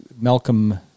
Malcolm